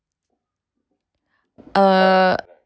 err